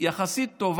טובה יחסית,